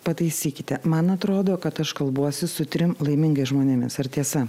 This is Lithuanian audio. pataisykite man atrodo kad aš kalbuosi su trim laimingais žmonėmis ar tiesa